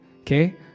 okay